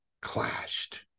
clashed